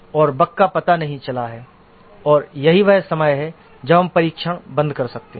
और बग का पता नहीं चला है और यही वह समय है जब हम परीक्षण बंद कर सकते हैं